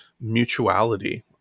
mutuality